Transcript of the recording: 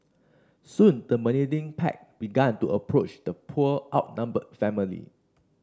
soon the menacing pack began to approach the poor outnumbered family